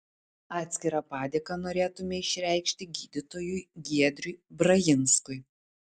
atskirą padėką norėtume išreikšti gydytojui giedriui brajinskui